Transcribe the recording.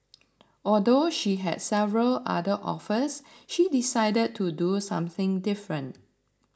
although she had several other offers she decided to do something different